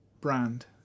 brand